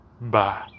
Bye